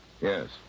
Yes